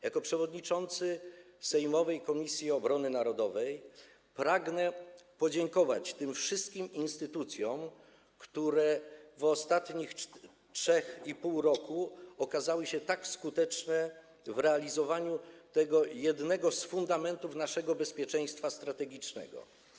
Jako przewodniczący sejmowej Komisji Obrony Narodowej pragnę podziękować tym wszystkim instytucjom, które przez ostatnie 3,5 roku okazały się tak skuteczne w tworzeniu jednego z fundamentów naszego bezpieczeństwa strategicznego.